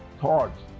thoughts